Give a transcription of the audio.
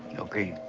okay.